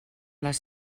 les